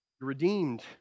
redeemed